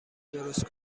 درست